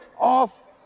off